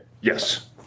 yes